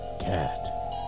cat